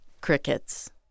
crickets